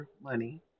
money